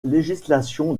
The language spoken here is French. législation